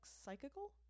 psychical